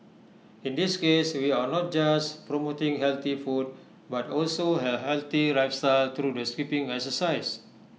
in this case we are not just promoting healthy food but also A healthy lifestyle through the skipping exercise